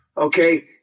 Okay